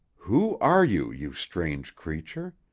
who are you, you strange creature?